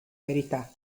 verità